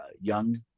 young